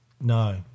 no